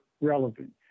relevant